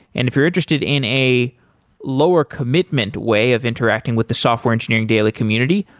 and if you're interested in a lower commitment way of interacting with the software engineering daily community,